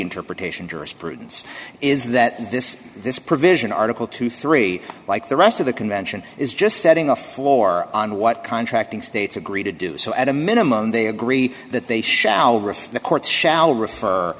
jurisprudence is that this this provision article twenty three like the rest of the convention is just setting a floor on what contracting states agree to do so at a minimum they agree that they shall refer the courts shall refer